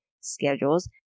schedules